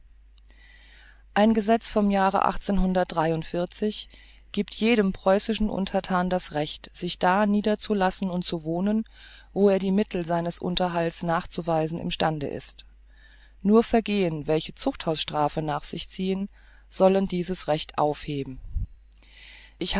ein gesetz vom jahre giebt jedem preußischen unterthanen das recht sich da nieder zu lassen und zu wohnen wo er die mittel seines unterhaltes nachzuweisen im stande ist nur vergehen welche zuchthausstrafe nach sich ziehen sollen dieses recht aufheben